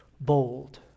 bold